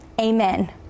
Amen